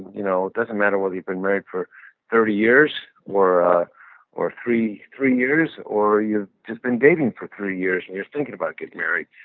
you know doesn't matter whether you've been married for thirty years or or three three years or you've just been dating for three years and you're thinking about getting married.